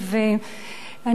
ואני,